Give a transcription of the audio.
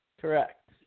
Correct